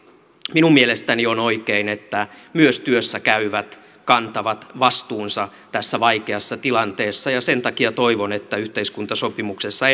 minun mielestäni on oikein että myös työssä käyvät kantavat vastuunsa tässä vaikeassa tilanteessa ja sen takia toivon että yhteiskuntasopimuksessa